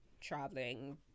traveling